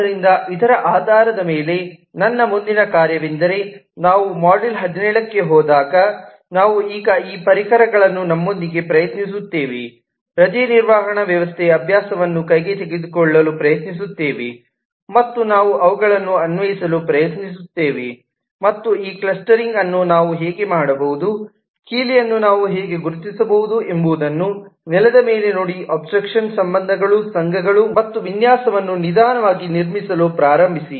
ಆದ್ದರಿಂದ ಇದರ ಆಧಾರದ ಮೇಲೆ ನಮ್ಮಮುಂದಿನ ಕಾರ್ಯವೆಂದರೆ ನಾವು ಮಾಡ್ಯೂಲ್ 17ಕ್ಕೆಗ ಹೋದಾಗ ನಾವು ಈಗ ಈ ಪರಿಕರಗಳನ್ನು ನಮ್ಮೊಂದಿಗೆ ಪ್ರಯತ್ನಿಸುತ್ತೇವೆ ರಜೆ ನಿರ್ವಹಣಾ ವ್ಯವಸ್ಥೆಯ ಅಭ್ಯಾಸವನ್ನು ಕೈಗೆ ತೆಗೆದುಕೊಳ್ಳಲು ಪ್ರಯತ್ನಿಸುತ್ತೇವೆ ಮತ್ತು ನಾವು ಅವುಗಳನ್ನು ಅನ್ವಯಿಸಲು ಪ್ರಯತ್ನಿಸುತ್ತೇವೆ ಮತ್ತು ಈ ಕ್ಲಸ್ಟರಿಂಗ್ ಅನ್ನು ನಾವು ಹೇಗೆ ಮಾಡಬಹುದು ಕೀಲಿಯನ್ನು ನಾವು ಹೇಗೆ ಗುರುತಿಸಬಹುದು ಎಂಬುದನ್ನು ನೆಲದ ಮೇಲೆ ನೋಡಿ ಅಬ್ಸ್ಟ್ರಾಕ್ಷನ್ ಸಂಬಂಧಗಳು ಸಂಘಗಳು ಮತ್ತು ವಿನ್ಯಾಸವನ್ನು ನಿಧಾನವಾಗಿ ನಿರ್ಮಿಸಲು ಪ್ರಾರಂಭಿಸಿ